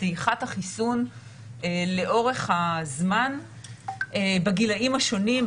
דעיכת החיסון לאורך הזמן בגילים השונים,